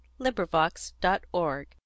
LibriVox.org